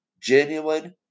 Genuine